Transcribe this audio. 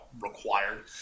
required